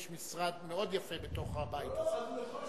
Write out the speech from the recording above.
יש משרד מאוד יפה בתוך הבית, לא.